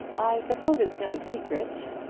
suppose it's no secret.